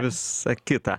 visa kita